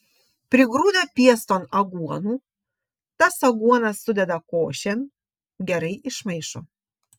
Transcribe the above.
prigrūda pieston aguonų tas aguonas sudeda košėn gerai išmaišo